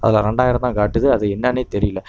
அதில் ரெண்டாயிரம் தான் காட்டுது அது என்னென்னே தெரியல